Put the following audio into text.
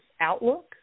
outlook